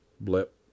blip